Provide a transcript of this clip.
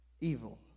evil